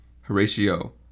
Horatio